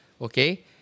Okay